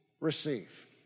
receive